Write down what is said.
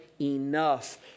enough